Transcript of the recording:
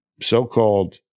so-called